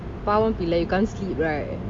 பாவம் பிள்ளை:paavam pillai you can't sleep right